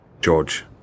George